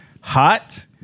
hot